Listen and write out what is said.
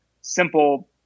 simple